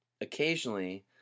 occasionally